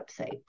website